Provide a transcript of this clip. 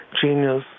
genius